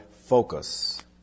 Focus